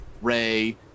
Ray